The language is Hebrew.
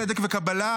צדק וקבלה,